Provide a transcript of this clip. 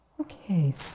Okay